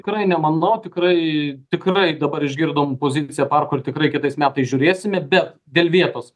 tikrai nemanau tikrai tikrai dabar išgirdom poziciją parko ir tikrai kitais metais žiūrėsime bet dėl vietos